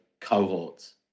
cohorts